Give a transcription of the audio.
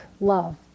love